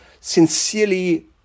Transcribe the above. sincerely